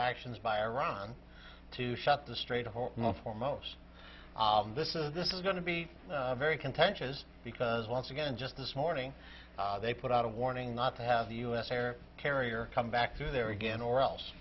actions by iran to shut the strait home for most this is this is going to be a very contentious because once again just this morning they put out a warning not to have the u s air carrier come back to their again or else